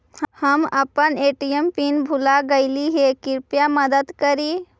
हम अपन ATM pin भूल गईली हे, कृपया मदद करी